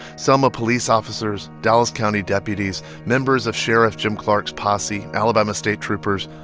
selma police officers, dallas county deputies, members of sheriff jim clark's posse, alabama state troopers,